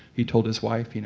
he told his wife, you know